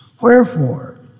Wherefore